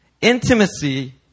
Intimacy